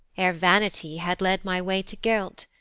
e'er vanity had led my way to guilt,